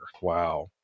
wow